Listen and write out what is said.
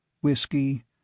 whiskey